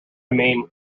mean